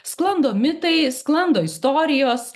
sklando mitai sklando istorijos